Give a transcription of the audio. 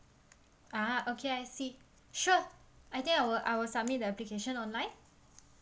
ah okay I see sure I think I will I will submit the application online